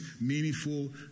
meaningful